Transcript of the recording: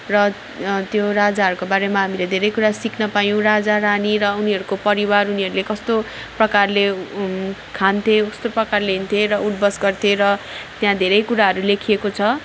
र त्यो राजाहरूको बारेमा हामीले धेरै कुरा सिक्न पायौँ राजा रानी र उनीहरूको परिवार उनीहरूले कस्तो प्रकारले खान्थे कस्तो प्रकारले हिँड्थे र उठ बस गर्थे र त्यहाँ धेरै कुराहरू लेखिएको छ